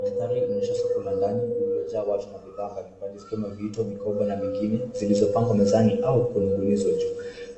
Mandhari inaonyesha soko la ndani lililojaa watu na bidhaa mbalimbali zikiwemo vito, mikoba na mingine zilizopangwa mezani au kubungunizwa juu.